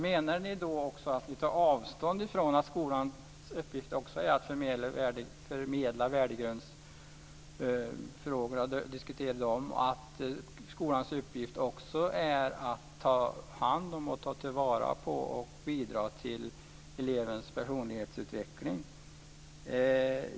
Menar ni då att ni tar avstånd från att skolans uppgift också är att förmedla och diskutera värdegrundsfrågorna och att ta vara på och bidra till elevens personlighetsutveckling?